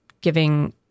giving